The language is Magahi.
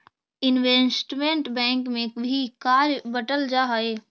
इनवेस्टमेंट बैंक में भी कार्य बंटल हई